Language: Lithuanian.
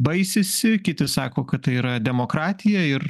baisisi kiti sako kad tai yra demokratija ir